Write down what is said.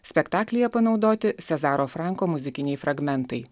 spektaklyje panaudoti sezaro franko muzikiniai fragmentai